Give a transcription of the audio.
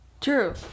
True